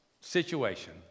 Situation